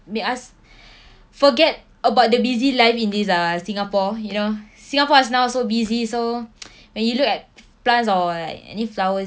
make us forget about the busy life in this ah singapore you know singapore is now so busy so when you look at plants or like any flowers